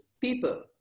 people